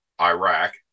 Iraq